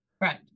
Right